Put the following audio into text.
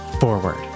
forward